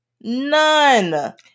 none